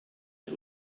den